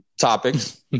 topics